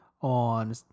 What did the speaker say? on